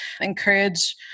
encourage